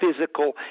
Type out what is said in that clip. physical